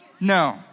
No